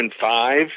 five